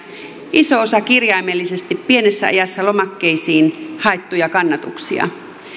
iso osa kirjaimellisesti pienessä ajassa lomakkeisiin haettuja kannatuksia